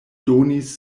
donis